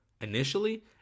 initially